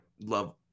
love